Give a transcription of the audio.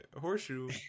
horseshoe